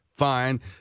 fine